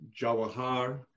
Jawahar